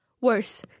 Worse